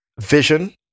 vision